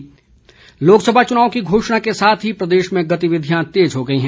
चुनाव सरगर्मी लोकसभा चुनाव की घोषणा के साथ ही प्रदेश में गतिविधियां तेज हो गई हैं